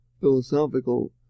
philosophical